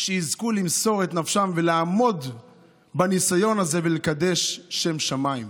שיזכו למסור את נפשם ולעמוד בניסיון הזה ולקדש שם שמיים.